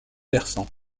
versant